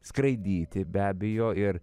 skraidyti be abejo ir